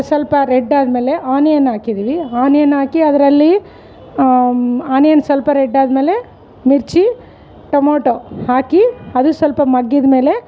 ಸ್ವಲ್ಪ ರೆಡ್ ಆದಮೇಲೆ ಆನಿಯನ್ ಹಾಕಿದೀವಿ ಆನಿಯನ್ ಹಾಕಿ ಅದರಲ್ಲಿ ಆನಿಯನ್ ಸ್ವಲ್ಪ ರೆಡ್ ಆದಮೇಲೆ ಮಿರ್ಚಿ ಟೊಮೋಟೊ ಹಾಕಿ ಅದು ಸ್ವಲ್ಪ ಮಗ್ಗಿದ ಮೇಲೆ